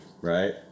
right